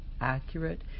accurate